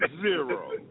Zero